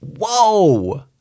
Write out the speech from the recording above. Whoa